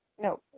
no